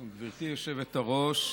גברתי היושבת-ראש,